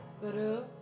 guru